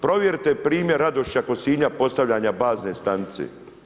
Provjerite primjer Radušića kod Sinja postavljanja bazne stanice.